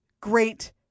great